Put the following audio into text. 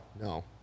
no